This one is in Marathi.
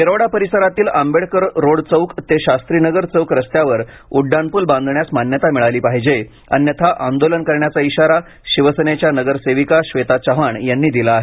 येरवडा परिसरातील आंबेडकर रोड चौक ते शास्त्रीनगर चौक रस्त्यावर उड्डाणपूल बांधण्यास मान्यता मिळाली पाहिजे अन्यथा आंदोलन करण्याचा इशारा शिवसेनेच्या नगरसेविका श्वेता चव्हाण यांनी दिला आहे